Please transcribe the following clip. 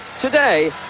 today